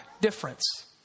difference